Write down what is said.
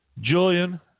Julian